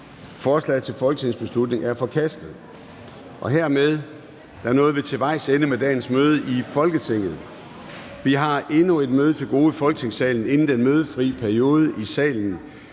formanden Formanden (Søren Gade): Hermed nåede vi til vejs ende med dagens møde i Folketinget. Vi har endnu et møde til gode i Folketingssalen, inden den mødefri periode i salen